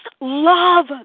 love